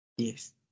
Yes